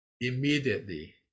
immediately